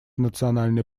национальный